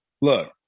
Look